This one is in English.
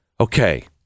Okay